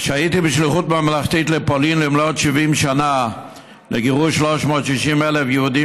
כשהייתי בשליחות ממלכתית לפולין במלאת 70 שנה לגירוש 360,000 יהודים